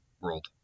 World